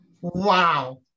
Wow